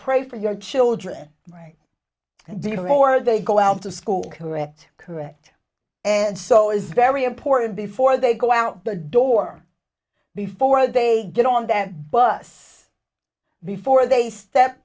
pray for your children right and direct or they go out of school correct correct and so is very important before they go out the door before they get on that bus before they step